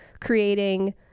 creating